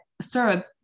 sir